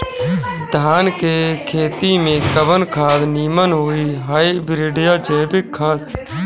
धान के खेती में कवन खाद नीमन होई हाइब्रिड या जैविक खाद?